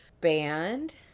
band